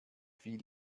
fiel